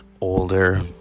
older